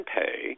pay